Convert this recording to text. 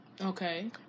Okay